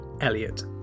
Elliot